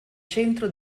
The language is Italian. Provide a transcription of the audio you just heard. centro